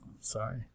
Sorry